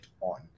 on